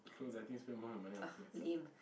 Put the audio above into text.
clothes I think spend more money on clothes